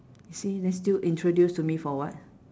you see then still introduce to me for what